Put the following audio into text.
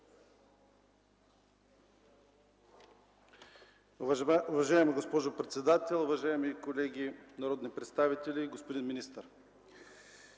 Уважаема госпожо председател, уважаеми колеги народни представители! Господин министър,